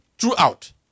throughout